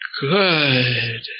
good